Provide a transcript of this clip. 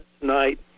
tonight